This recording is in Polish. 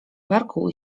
parku